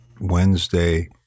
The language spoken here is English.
Wednesday